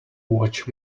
watch